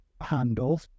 handle